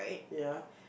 ya